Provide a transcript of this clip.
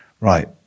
right